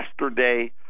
yesterday